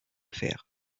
faire